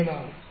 7 ஆகும்